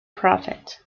profit